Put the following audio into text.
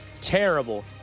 Terrible